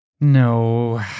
No